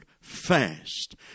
fast